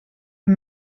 her